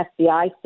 FBI